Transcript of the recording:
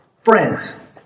Friends